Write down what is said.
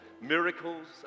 miracles